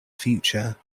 future